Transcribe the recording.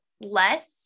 less